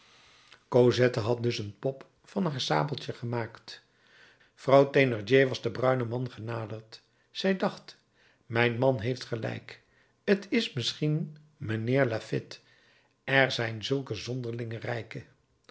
cosette had dus een pop van haar sabeltje gemaakt vrouw thénardier was den bruinen man genaderd zij dacht mijn man heeft gelijk t is misschien mijnheer laffitte er zijn zulke zonderlinge rijken